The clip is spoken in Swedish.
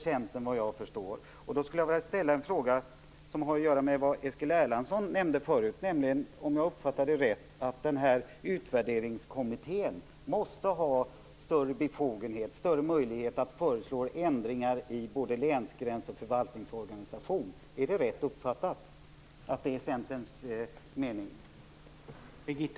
Såvitt jag förstår är detta en kompromiss för Med anledning av vad Eskil Erlandsson tidigare nämnde här måste väl, om jag uppfattat detta rätt, Utvärderingskommittén ha större möjligheter att föreslå ändringar i fråga om både länsgräns och förvaltningsorganisation. Är det rätt uppfattat att detta är Centerns åsikt?